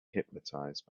hypnotized